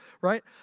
right